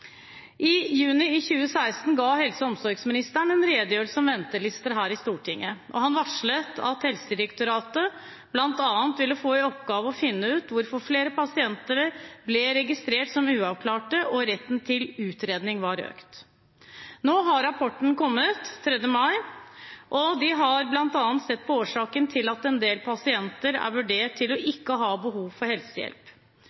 I juni i 2016 ga helse- og omsorgsministeren en redegjørelse om ventelister her i Stortinget, og han varslet at Helsedirektoratet bl.a. ville få i oppgave å finne ut hvorfor flere pasienter ble registrert som uavklarte, og hvorfor andelen med rett til utredning var økt. Nå har rapporten kommet – den kom 3. mai – og de har bl.a. sett på årsaken til at en del pasienter er vurdert til ikke å